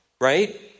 right